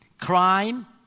Crime